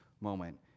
moment